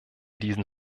diesen